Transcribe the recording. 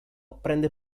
prende